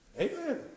Amen